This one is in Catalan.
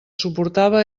suportava